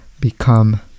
become